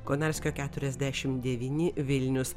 konarskio keturiasdešimt devyni vilnius